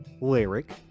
lyric